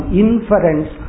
inference